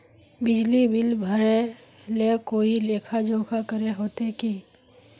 बिजली बिल भरे ले कोई लेखा जोखा करे होते की?